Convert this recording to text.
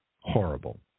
horrible